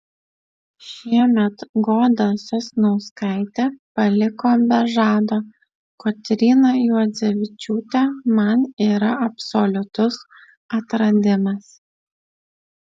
šiemet goda sasnauskaitė paliko be žado kotryna juodzevičiūtė man yra absoliutus atradimas